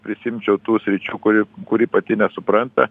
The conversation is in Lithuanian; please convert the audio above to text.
prisiimčiau tų sričių kuri kur ji pati nesupranta